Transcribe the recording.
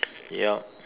yup